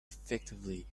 effectively